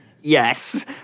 Yes